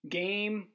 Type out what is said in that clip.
game